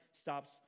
stops